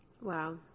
Wow